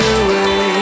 away